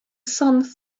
sun